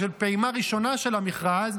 פעימה ראשונה של המכרז,